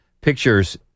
pictures